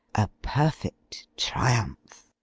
a perfect triumph.